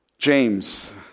James